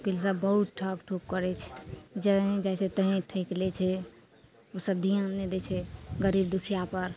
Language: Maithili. ईसब बहुत ठक ठुक करय छै जहेँ जाइ छै तहेँ ठकि लै छै ओसब ध्यान नहि दै छै गरीब दुखियापर